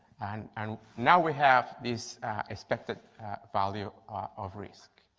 and now we have these expected value of risk.